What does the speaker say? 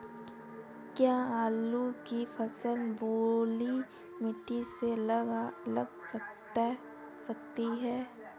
क्या आलू की फसल बलुई मिट्टी में लगा सकते हैं?